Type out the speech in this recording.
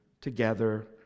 together